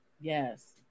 Yes